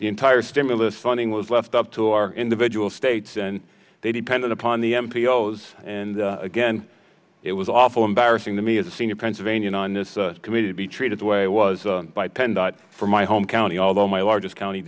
the entire stimulus funding was left up to our individual states and they depended upon the m p o's and again it was awful embarrassing to me as a senior pennsylvanian on this committee to be treated the way it was by pending from my home county although my largest county